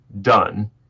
done